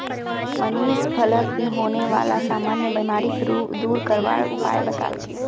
मनीष फलत होने बाला सामान्य बीमारिक दूर करवार उपाय बताल की